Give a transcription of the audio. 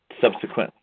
subsequently